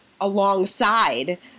alongside